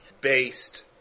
based